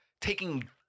taking